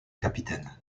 capitaine